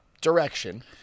direction